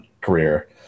Career